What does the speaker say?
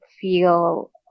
feel